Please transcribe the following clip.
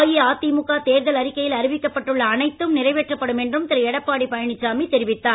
அஇஅதிமுக தேர்தல் அறிக்கையில் அறிவிக்கப்பட்டுள்ள அனைத்தும் நிறைவேற்றப்படும் என்றும் திரு எடப்பாடி பழனிசாமி தெரிவித்தார்